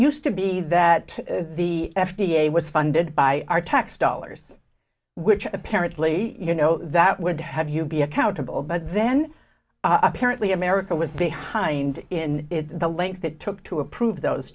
used to be that the f d a was funded by our tax dollars which apparently you know that would have you be accountable but then apparently america was behind in the length it took to approve those